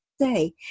say